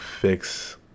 fix